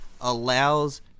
allows